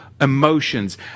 emotions